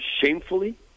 Shamefully